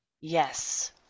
Yes